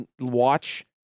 watch